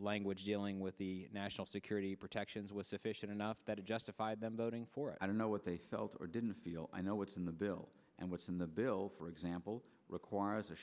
language dealing with the national security protections was sufficient enough that it justified them voting for i don't know what they felt or didn't feel i know what's in the bill and what's in the bill for example requires a